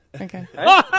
Okay